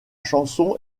chanson